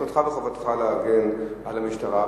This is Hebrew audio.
זכותך וחובתך להגן על המשטרה,